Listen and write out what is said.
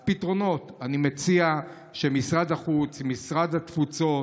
אז פתרונות: אני מציע שמשרד החוץ ומשרד התפוצות